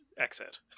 exit